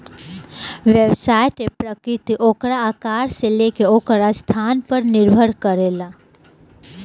व्यवसाय के प्रकृति ओकरा आकार से लेके ओकर स्थान पर निर्भर करेला